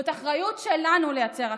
זאת האחריות שלנו לייצר הכרה.